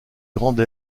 grande